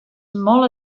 molt